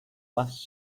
last